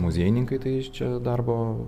muziejininkai tai čia darbo